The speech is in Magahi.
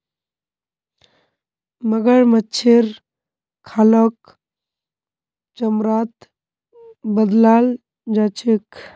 मगरमच्छेर खालक चमड़ात बदलाल जा छेक